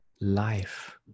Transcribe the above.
life